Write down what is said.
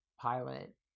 pilot